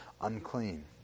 unclean